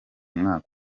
mwaka